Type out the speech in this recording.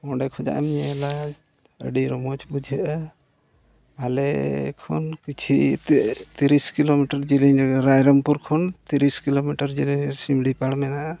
ᱚᱸᱰᱮ ᱠᱷᱚᱱᱟᱜ ᱧᱮᱞᱟ ᱟᱹᱰᱤ ᱨᱚᱢᱚᱡᱽ ᱵᱩᱡᱷᱟᱹᱜᱼᱟ ᱟᱞᱮ ᱠᱷᱚᱱ ᱠᱤᱪᱷᱤ ᱛᱮ ᱛᱤᱨᱤᱥ ᱠᱤᱞᱳᱢᱤᱴᱟᱨ ᱡᱮᱞᱮᱧ ᱨᱟᱭᱨᱚᱝᱯᱩᱨ ᱠᱷᱚᱱ ᱛᱤᱨᱤᱥ ᱠᱤᱞᱳᱢᱤᱴᱟᱨ ᱡᱮᱞᱮᱧ ᱥᱤᱢᱲᱤᱯᱟᱲ ᱢᱮᱱᱟᱜᱼᱟ